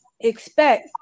expect